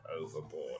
overboard